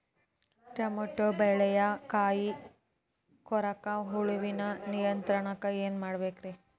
Tomato ಬೆಳೆಯ ಕಾಯಿ ಕೊರಕ ಹುಳುವಿನ ನಿಯಂತ್ರಣಕ್ಕ ಏನ್ ಮಾಡಬೇಕ್ರಿ?